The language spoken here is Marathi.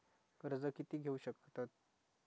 कर्ज कीती घेऊ शकतत?